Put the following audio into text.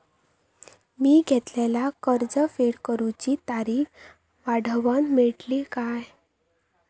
मी घेतलाला कर्ज फेड करूची तारिक वाढवन मेलतली काय?